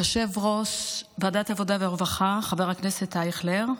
יושב-ראש ועדת עבודה ורווחה חבר הכנסת אייכלר,